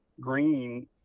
green